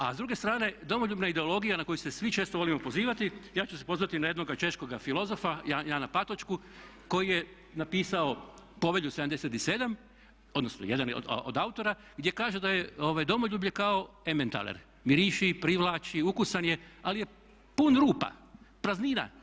A s druge strane domoljubna ideologija na koju se svi često volimo pozivati ja ću se pozvati na jednoga češkoga filozofa Jana Patočku koji je napisao "Povelju 77.", odnosno jedan je od autora, gdje kaže da je domoljublje kao ementaler – miriši, privlači, ukusan je ali je pun rupa, praznina.